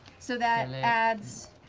so that adds